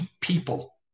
people